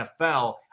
NFL